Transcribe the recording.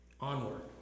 Onward